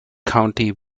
county